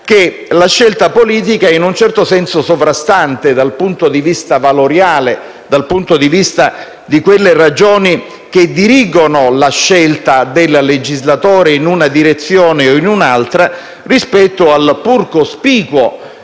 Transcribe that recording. che la scelta politica è in un certo senso sovrastante dal punto di vista valoriale e di quelle ragioni che dirigono la decisione del legislatore in una direzione o in un'altra rispetto al pur cospicuo